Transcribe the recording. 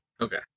Okay